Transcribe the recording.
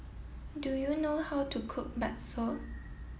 do you know how to cook Bakso